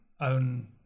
own